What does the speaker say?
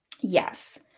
Yes